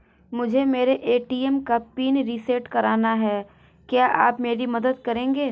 मुझे मेरे ए.टी.एम का पिन रीसेट कराना है क्या आप मेरी मदद करेंगे?